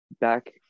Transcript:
back